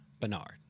Bernard